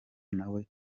ntawe